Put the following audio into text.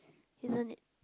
isn't it